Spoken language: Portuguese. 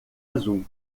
azul